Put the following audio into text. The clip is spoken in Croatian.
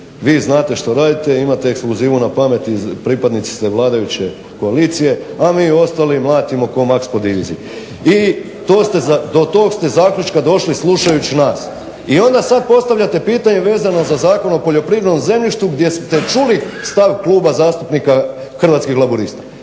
vi znate što radite, imate ekspluzivu na pamet i pripadnici ste vladajuće koalicije a mi ostali mladimo kod Max po diviziji. I to ste, do tog ste zaključka došli slušajući nas i onda sad postavljate pitanje vezano za Zakon o poljoprivrednom zemljištu gdje ste čuli stav Kluba zastupnika Hrvatskih laburista.